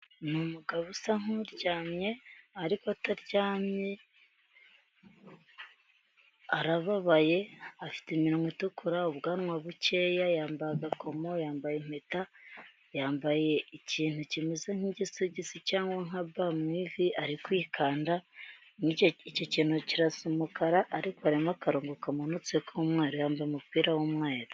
Ni umugabo usa nk'uryamye ariko ataryamye, arababaye, afite iminwa itukura, ubwanwa bukeya, yambaye agakoma, yambaye impeta, yambaye ikintu kimeze nk'igisogisi cyangwa nka ba mu ivi ari kwikanda, icyo kintu kirasa umukara ariko harimo akarongo kamanutse k'umweru, yambaye umupira w'umweru.